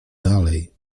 dalej